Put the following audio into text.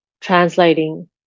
translating